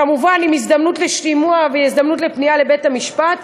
כמובן עם הזדמנות לשימוע והזדמנות לפנייה לבית-המשפט,